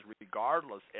regardless